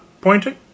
pointing